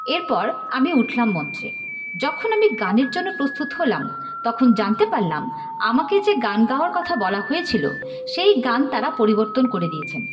এরপর আমি উঠলাম মঞ্চে যখন আমি গানের জন্য প্রস্তুত হলাম তখন জানতে পারলাম আমাকে যে গান গাওয়ার কথা বলা হয়েছিল সেই গান তারা পরিবর্তন করে দিয়েছেন